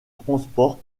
transport